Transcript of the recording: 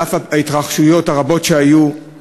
על אף ההתרחשויות הרבות שהיו,